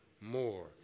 More